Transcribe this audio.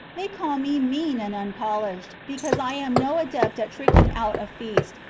they call me mean and unpolished, because i am no adept at tricking out a feast,